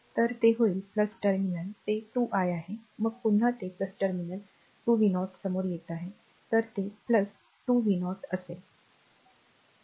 तर ते होईल टर्मिनल ते 2 i आहे मग पुन्हा ते टर्मिनल 2 v0 समोर येत आहे तर ते 2 v0 असेल